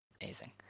amazing